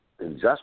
injustice